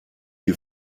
you